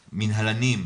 מנהלנים,